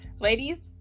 ladies